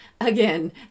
again